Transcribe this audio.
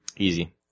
Easy